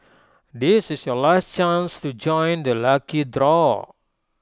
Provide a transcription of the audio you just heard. this is your last chance to join the lucky draw